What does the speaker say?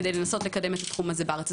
כדי לנסות לקדם את התחום הזה בארץ.